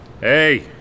Hey